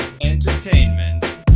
entertainment